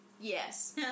yes